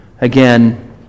again